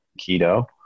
keto